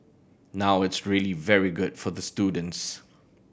now it's really very good for the students